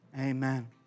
amen